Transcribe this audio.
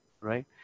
right